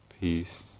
peace